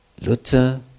Luther